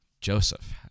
Joseph